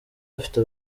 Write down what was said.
afite